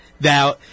Now